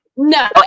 No